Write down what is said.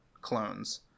clones